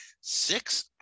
six